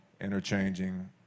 interchanging